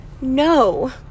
no